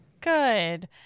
Good